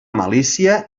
malícia